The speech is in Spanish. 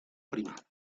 prima